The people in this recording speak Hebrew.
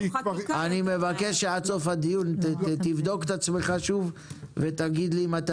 אני מבקש שעד סוף הדיון תבדוק את עצמך שוב ותגיד לי אם אתה